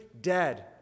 dead